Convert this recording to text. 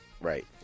Right